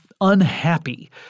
unhappy